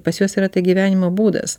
pas juos yra tai gyvenimo būdas